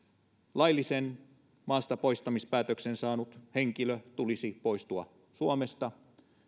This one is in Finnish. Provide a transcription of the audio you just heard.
laillisen maastapoistamispäätöksen saaneen henkilön tulisi poistua suomesta